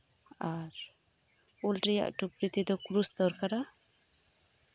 ᱟᱨ ᱩᱞ ᱨᱮᱭᱟ ᱴᱩᱯᱩᱨᱤ ᱛᱮᱫᱚ ᱠᱨᱩᱥ ᱫᱚᱨᱠᱟᱨᱟ